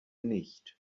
nicht